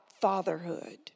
fatherhood